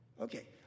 Okay